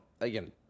again